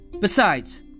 Besides